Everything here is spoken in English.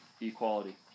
equality